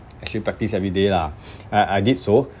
actually practice everyday lah I I did so